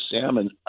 salmon